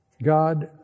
God